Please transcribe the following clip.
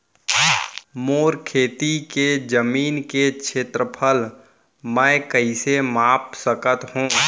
मोर खेती के जमीन के क्षेत्रफल मैं कइसे माप सकत हो?